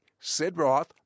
Sidroth